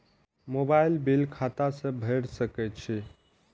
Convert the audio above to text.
Mobile bill खाता से भेड़ सके छि?